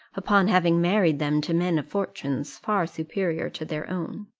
upon having married them to men of fortunes far superior to their own.